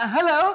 Hello